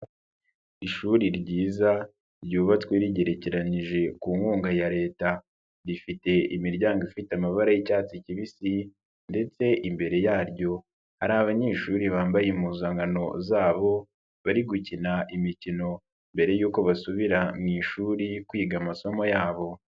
Ishuri ryiza ryubatswe rigerekeranyije ku nkunga ya Leta, rifite imiryango ifite amabara y'icyatsi kibisi ndetse imbere yaryo hari abanyeshuri bambaye impuzankano zabo, bari gukina imikino mbere yuko basubira mu ishuri kwiga amasomo yabo.